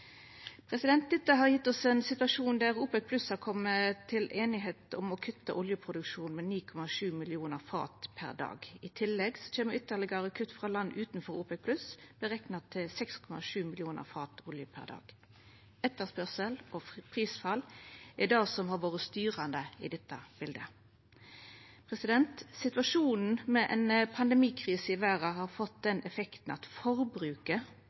einigheit om å kutta oljeproduksjonen med 9,7 millionar fat per dag. I tillegg kjem ytterlegare kutt frå land utanfor OPEC+, berekna til 6,7 millionar fat olje per dag. Etterspurnad og prisfall er det som har vore styrande i dette biletet. Situasjonen med ei pandemikrise i verda har fått den effekten at forbruket